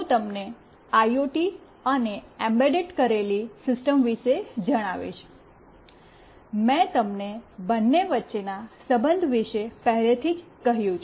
હું તમને આઈઓટી અને એમ્બેડ કરેલી સિસ્ટમ વિશે જણાવીશ મેં તમને બંને વચ્ચેના સંબંધ વિશે પહેલેથી જ કહ્યું છે